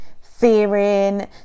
fearing